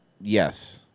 Yes